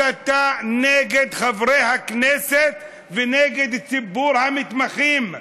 הסתה נגד חברי הכנסת, ונגד ציבור המתמחים,